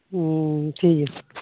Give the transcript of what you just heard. ᱴᱷᱤᱠᱜᱮᱭᱟ